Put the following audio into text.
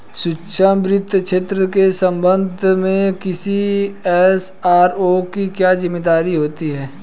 सूक्ष्म वित्त क्षेत्र के संबंध में किसी एस.आर.ओ की क्या जिम्मेदारी होती है?